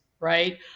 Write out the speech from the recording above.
right